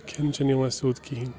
کھٮ۪نہٕ چھِنہٕ یِوان سیوٚد کِہیٖنۍ